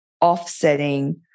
offsetting